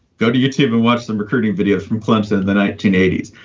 go to youtube and watch them recruiting videos from clemson in the nineteen eighty s.